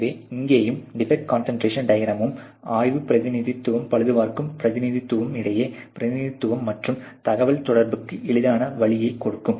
எனவே இங்கேயும் defect concentration டியாக்ராமும் ஆய்வுப் பிரதிநிதிக்கும் பழுதுபார்க்கும் பிரதிநிதிக்கும் இடையே பிரதிநிதித்துவம் மற்றும் தகவல்தொடர்புக்கு எளிதான வழியைக் கொடுக்கும்